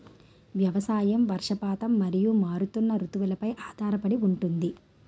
వ్యవసాయం వర్షపాతం మరియు మారుతున్న రుతువులపై ఆధారపడి ఉంటుంది